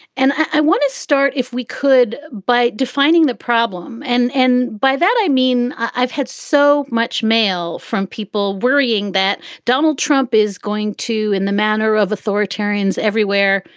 and i want to start, if we could, by defining the problem. and and by that, i mean, i've had so much mail from people worrying that donald trump is going to, in the manner of authoritarians everywhere,